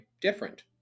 different